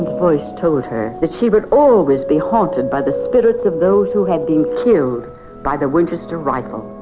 voice told her that she would always be haunted by the spirits of those who had been killed by the winchester rifle.